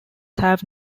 have